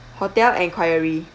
hotel enquiry